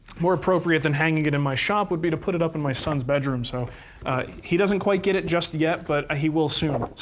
more appropriate than hanging it in my shop would be to put it up in my son's bedroom. so he doesn't quite get it just yet, but he will soon.